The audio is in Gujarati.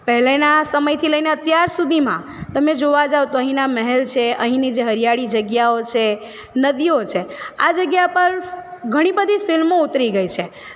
પહેલાના સમયથી લઈને અત્યાર સુધીમાં તમે જોવા જાવ તો અહીંયાના મહેલ છે અહીની હરિયાળી જગ્યાઓ છે નદીઓ છે આ જગ્યા પર ઘણી બધી ફિલ્મો ઉતરી ગઈ છે